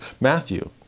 Matthew